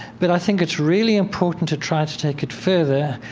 but i think it's really important to try to take it further.